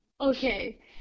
Okay